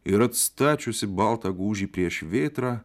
ir atstačiusi baltą gūžį prieš vėtrą